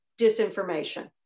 disinformation